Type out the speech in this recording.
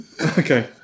Okay